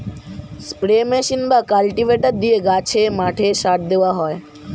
spray machine বা cultivator দিয়ে গাছে, মাঠে সার দেওয়া হয়